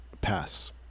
Pass